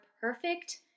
perfect